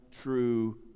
true